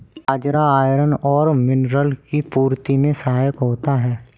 बाजरा iron और mineral की पूर्ति में सहायक होता है